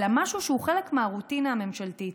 אלא משהו שהוא חלק מהרוטינה הממשלתית.